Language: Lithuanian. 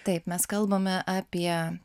taip mes kalbame apie